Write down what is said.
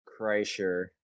kreischer